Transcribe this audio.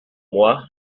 moi